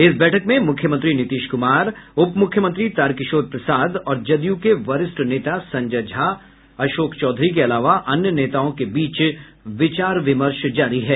इस बैठक में मुख्यमंत्री नीतीश कुमार उपमुख्यमंत्री तारकिशोर प्रसाद और जदयू के वरिष्ठ नेता संजय झा और अशोक चौधरी के अलावा अन्य नेताओं के बीच विचार विमर्श जारी है